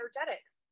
energetics